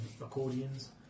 accordions